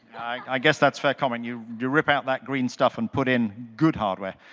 i guess that's fair comment. you you rip out that green stuff and put in good hardware.